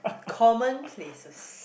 common places